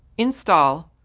install,